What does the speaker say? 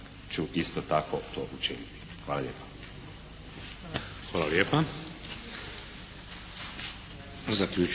ću isto tako to učiniti. Hvala lijepa. **Šeks,